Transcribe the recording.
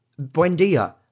Buendia